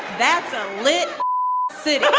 that's a lit city